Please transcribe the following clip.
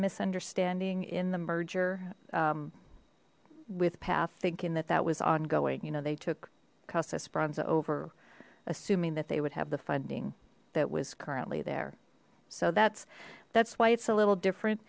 misunderstanding in the merger with path thinking that that was ongoing you know they took kostas bronze over assuming that they would have the funding that was currently there so that's that's why it's a little different